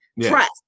Trust